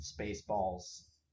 Spaceballs